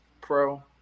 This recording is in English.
pro